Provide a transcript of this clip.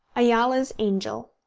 ayala's angel,